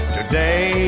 Today